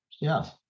yes